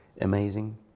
amazing